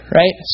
right